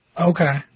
Okay